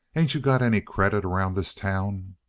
ain't you got any credit around this town?